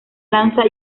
lanza